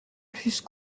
plus